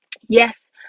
Yes